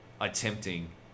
attempting